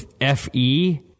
F-E